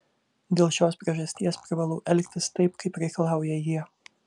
dėl šios priežasties privalau elgtis taip kaip reikalauja jie